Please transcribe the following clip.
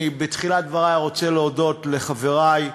בתחילת דברי אני רוצה להודות לחברי,